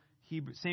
Hebrew